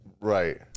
Right